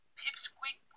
pipsqueak